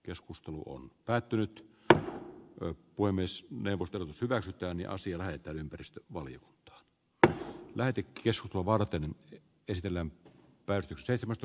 keskustelu on päättynyt tyttö roikkui myös neuvottelut irakin toimia sillä että ympäristö olivat dr lähetti keskoa varten ja käsitellen päästy seitsemästä